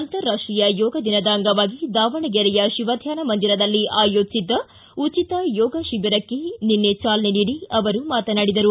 ಅಂತರಾಷ್ಟೀಯ ಯೋಗ ದಿನದ ಅಂಗವಾಗಿ ದಾವಣಗೆರೆಯ ಶಿವಧ್ವಾನ ಮಂದಿರದಲ್ಲಿ ಆಯೋಜಿಸಿದ್ದ ಉಚಿತ ಯೋಗ ಶಿಬಿರಕ್ಕೆ ಚಾಲನೆ ನೀಡಿ ಅವರು ಮಾತನಾಡಿದರು